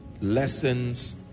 Lessons